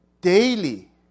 daily